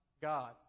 God